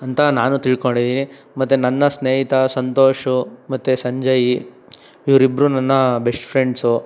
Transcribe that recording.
ಅಂತ ನಾನು ತಿಳ್ಕೊಂಡಿದ್ದೀನಿ ಮತ್ತು ನನ್ನ ಸ್ನೇಹಿತ ಸಂತೋಷ್ ಮತ್ತು ಸಂಜಯ್ ಇವ್ರಿಬ್ಬರು ನನ್ನ ಬೆಸ್ಟ್ ಫ್ರೆಂಡ್ಸು